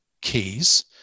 keys